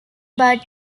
but